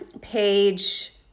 page